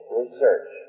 research